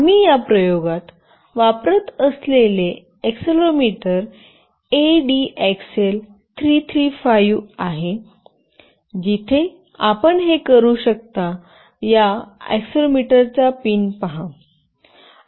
आम्ही या प्रयोगात वापरत असलेले एक्सेलेरोमीटर एडीएक्सएल 335 आहे जिथे आपण हे करू शकता या एक्सेलेरोमीटरच्या पिन पहा